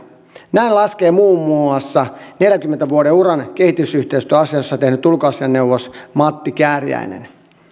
näin laskee muun muassa neljänkymmenen vuoden uran kehitysyhteistyöasioissa tehnyt ulkoasiainneuvos matti kääriäinen